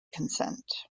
consent